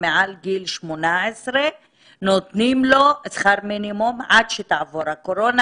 מעל גיל 18 נותנים שכר מינימום עד שתעבור הקורונה,